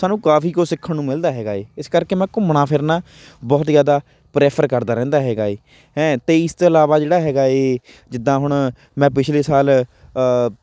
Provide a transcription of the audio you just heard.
ਸਾਨੂੰ ਕਾਫੀ ਕੁਝ ਸਿੱਖਣ ਨੂੰ ਮਿਲਦਾ ਹੈਗਾ ਹੈ ਇਸ ਕਰਕੇ ਮੈਂ ਘੁੰਮਣਾ ਫਿਰਨਾ ਬਹੁਤ ਜ਼ਿਆਦਾ ਪ੍ਰੈਫਰ ਕਰਦਾ ਰਹਿੰਦਾ ਹੈਗਾ ਹੈ ਹੈਂ ਅਤੇ ਇਸ ਤੋਂ ਇਲਾਵਾ ਜਿਹੜਾ ਹੈਗਾ ਹੈ ਜਿੱਦਾਂ ਹੁਣ ਮੈਂ ਪਿਛਲੇ ਸਾਲ